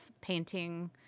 painting